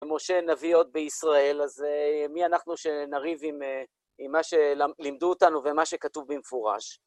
משה נביא עוד בישראל, אז מי אנחנו שנריב עם מה שלמדו אותנו ומה שכתוב במפורש?